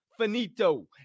Finito